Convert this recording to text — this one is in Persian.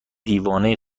دیوانه